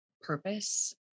purpose